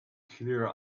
clear